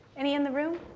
any in the room?